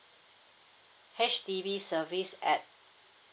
H_D_B service at